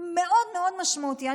מאוד מאוד משמעותי.